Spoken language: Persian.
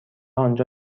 آنجا